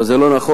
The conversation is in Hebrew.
אבל זה לא נכון.